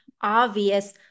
obvious